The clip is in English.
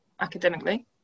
academically